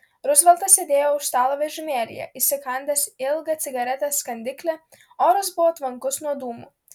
ruzveltas sėdėjo už stalo vežimėlyje įsikandęs ilgą cigaretės kandiklį oras buvo tvankus nuo dūmų